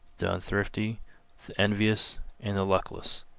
the unthrifty, the envious and the luckless.